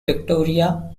victoria